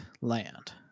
land